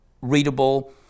readable